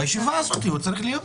בישיבה הזאת הוא צריך להיות.